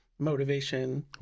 Motivation